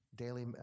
daily